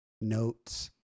notes